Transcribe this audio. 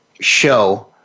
show